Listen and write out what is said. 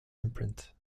imprint